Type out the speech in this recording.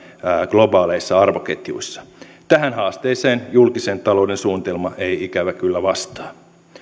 globaaleissa arvoketjuissa tähän haasteeseen julkisen talouden suunnitelma ei ikävä kyllä vastaa